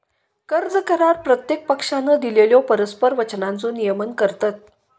कर्ज करार प्रत्येक पक्षानं दिलेल्यो परस्पर वचनांचो नियमन करतत